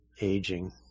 aging